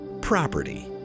property